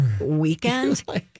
weekend